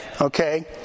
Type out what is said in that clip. okay